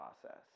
process